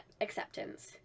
acceptance